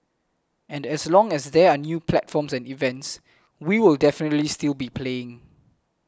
and as long as there are new platforms and events we will definitely still be playing